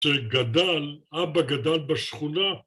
שגדל, אבא גדל בשכונה